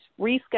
reschedule